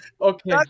okay